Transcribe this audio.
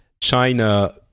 China